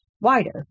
wider